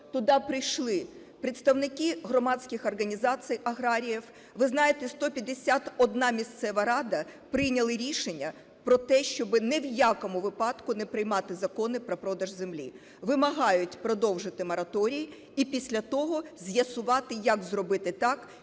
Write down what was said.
Туди прийшли представники громадських організацій аграріїв. Ви знаєте, 151 місцева рада прийняли рішення про те, щоб ні в якому випадку не приймати закони про продаж землі, вимагають продовжити мораторій і після того з'ясувати, як зробити так,